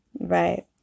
Right